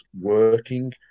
working